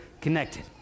connected